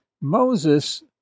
Moses